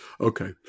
Okay